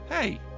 hey